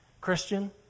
Christian